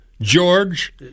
George